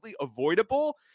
avoidable